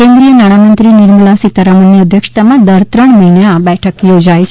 કેન્દ્રિય નાણામંત્રી નિર્મલા સીતારમણની અધ્યક્ષતામાં દર ત્રણ મહિને આ બેઠક યોજાય છે